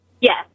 Yes